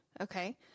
Okay